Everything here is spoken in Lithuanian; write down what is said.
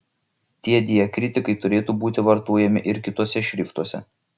tie diakritikai turėtų būti vartojami ir kituose šriftuose